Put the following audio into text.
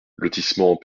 lotissement